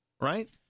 Right